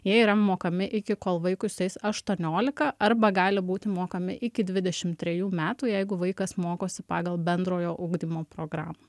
jie yra mokami iki kol vaikui sueis aštuoniolika arba gali būti mokami iki dvidešimt trejų metų jeigu vaikas mokosi pagal bendrojo ugdymo programą